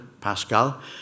Pascal